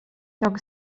jag